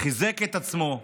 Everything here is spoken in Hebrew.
חיזק את עצמו,